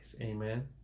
Amen